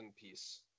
piece